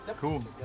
Cool